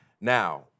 Now